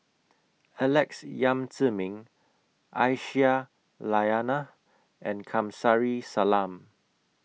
Alex Yam Ziming Aisyah Lyana and Kamsari Salam